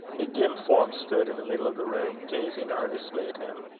a dim form stood in the middle of the room, gazing earnestly at him.